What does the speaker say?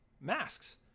masks